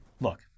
Look